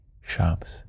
shops